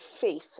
faith